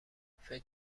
فکر